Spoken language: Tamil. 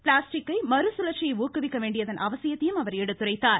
பிளாஸ்டிக்கை மறுசுழற்சியை ஊக்குவிக்க வேண்டியதன் அவசியத்தையும் அவர் எடுத்துரைத்தார்